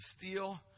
steal